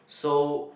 so